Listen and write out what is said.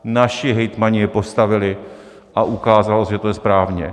Naši hejtmani je postavili a ukázalo se, že to je správně.